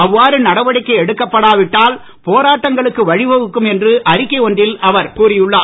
அவ்வாறு நடவடிக்கை எடுக்கப்படாவிட்டால் போராட்டங்களுக்கு வழிவகுக்கும் என்று அறிக்கை ஒன்றில் அவர் கூறியுள்ளார்